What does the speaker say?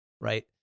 right